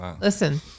Listen